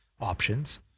options